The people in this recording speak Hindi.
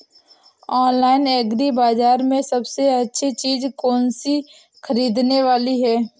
ऑनलाइन एग्री बाजार में सबसे अच्छी चीज कौन सी ख़रीदने वाली है?